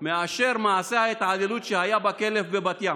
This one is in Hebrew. מאשר מעשה ההתעללות בכלב שהיה בבת ים,